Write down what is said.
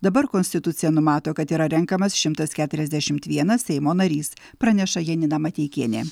dabar konstitucija numato kad yra renkamas šimtas keturiasdešimt vienas seimo narys praneša janina mateikienė